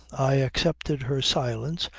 i accepted her silence,